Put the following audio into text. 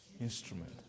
instrument